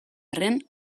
arren